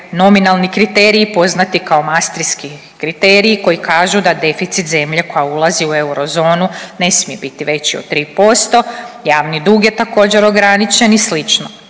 nominalni kriteriji poznati kao maastrichtski koji kažu da deficit zemlje koja ulazi u eurozonu ne smije biti veći od 3%, javni dug je također, ograničen i sl.